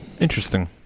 Interesting